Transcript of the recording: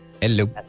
Hello